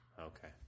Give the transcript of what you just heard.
Okay